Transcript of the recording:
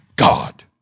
God